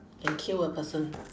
can kill a person